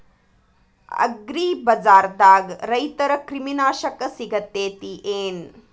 ಅಗ್ರಿಬಜಾರ್ದಾಗ ರೈತರ ಕ್ರಿಮಿ ನಾಶಕ ಸಿಗತೇತಿ ಏನ್?